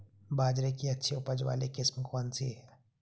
बाजरे की अच्छी उपज वाली किस्म कौनसी है?